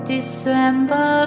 December